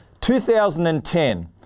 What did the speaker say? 2010